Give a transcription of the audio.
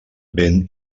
ben